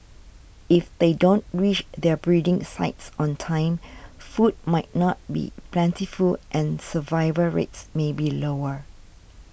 if they don't reach their breeding sites on time food might not be plentiful and survival rates may be lower